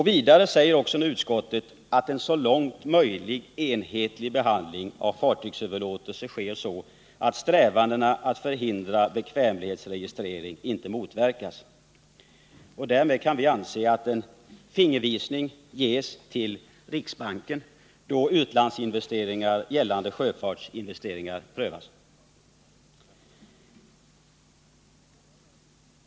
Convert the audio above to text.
Vidare skriver också nu utskottet att en så långt möjligt enhetlig behandling av fartygsöverlåtelser bör ske, så att strävandena att förhindra bekvämlighetsregistrering inte motverkas. Därmed kan vi anse att en fingervisning ges till riksbanken, då utlandsinvesteringar gällande sjöfartsinvesteringar prövas.